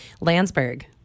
Landsberg